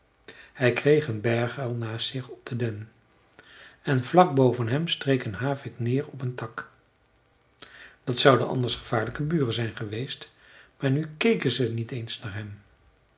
hij kreeg een berguil naast zich op den den en vlak boven hem streek een havik neer op een tak dat zouden anders gevaarlijke buren zijn geweest maar nu keken ze niet eens naar hem